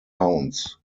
hounds